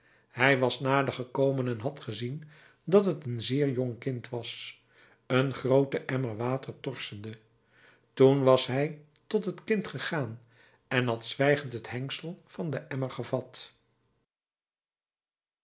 hij was nader gekomen en had gezien dat t een zeer jong kind was een grooten emmer water torsende toen was hij tot het kind gegaan en had zwijgend het hengsel van den emmer gevat